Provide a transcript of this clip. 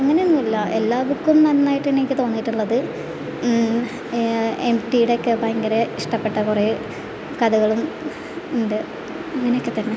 അങ്ങനെയൊന്നുമില്ല എല്ലാ ബുക്കും നന്നായിട്ട് തന്നെ എനിക്ക് തോന്നിയിട്ടുള്ളത് എംടിയുടെ ഒക്കെ ഭയങ്കര ഇഷ്ടപ്പെട്ട കുറേ കഥകളും ഉണ്ട് അങ്ങനൊയൊക്കെ തന്നെ